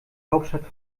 hauptstadt